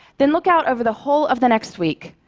then look out over the whole of the next week,